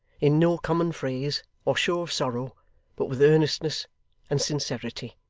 in no common phrase, or show of sorrow but with earnestness and sincerity.